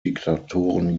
diktatoren